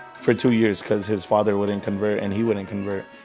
for two years because his father wouldn't convert, and he wouldn't convert.